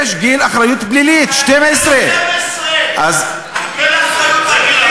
גיל 12. הוא מקבל אחריות,